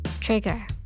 Trigger